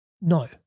No